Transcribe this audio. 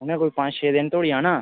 उ'नें कोई पंज छे दिन धोड़ी औना